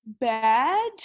bad